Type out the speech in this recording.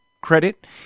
credit